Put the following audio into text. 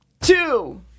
Two